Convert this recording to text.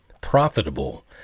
profitable